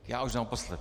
Já už naposled.